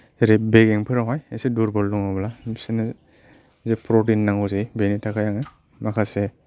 जेरै बेगेंफोरावहाय इसे दुर्बल दङब्ला बिसोरनो जे प्रतिन नांगौ जायो बेनि थाखाय आङो माखासे